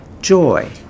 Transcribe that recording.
Joy